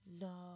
No